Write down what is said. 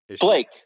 Blake